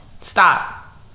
Stop